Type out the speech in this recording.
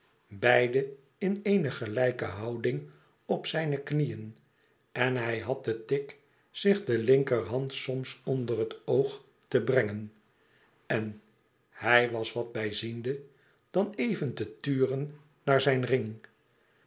beide in eene gelijke houding op zijn knieën en hij had den tic zich de linkerhand soms onder het oog te brengen en hij was wat bijziende dan even te turen naar zijn ring